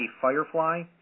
firefly